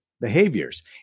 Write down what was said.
behaviors